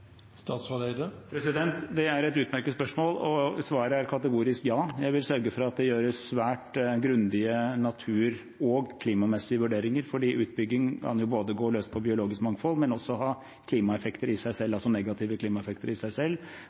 Det er et utmerket spørsmål, og svaret er kategorisk ja. Jeg vil sørge for at det gjøres svært grundige natur- og klimamessige vurderinger, for utbygging kan både gå løs på biologisk mangfold og også ha negative klimaeffekter i seg selv.